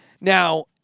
Now